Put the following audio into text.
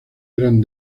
gran